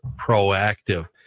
proactive